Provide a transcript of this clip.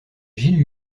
gilles